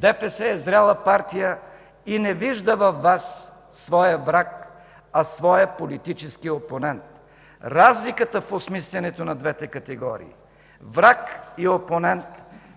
ДПС е зряла партия и не вижда във Вас своя враг, а своя политически опонент. Разликата в осмислянето на двете категории – враг и опонент,